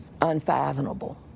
Unfathomable